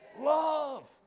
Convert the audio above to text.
Love